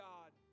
God